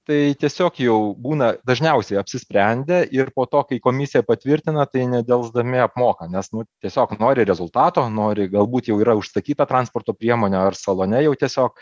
tai tiesiog jau būna dažniausiai apsisprendę ir po to kai komisija patvirtina tai nedelsdami apmoka nes nu tiesiog nori rezultato nori galbūt jau yra užsakyta transporto priemonė ar salone jau tiesiog